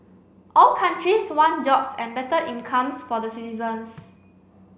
all countries want jobs and better incomes for the citizens